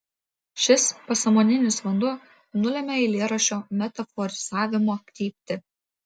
šis pasąmoninis vanduo nulemia eilėraščio metaforizavimo kryptį